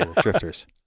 Drifters